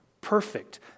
perfect